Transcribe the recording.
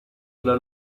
una